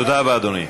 תודה רבה, אדוני.